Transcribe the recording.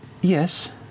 Yes